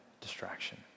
distraction